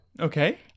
Okay